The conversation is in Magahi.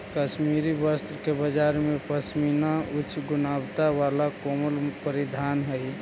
कश्मीरी वस्त्र के बाजार में पशमीना उच्च गुणवत्ता वाला कोमल परिधान हइ